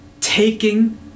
taking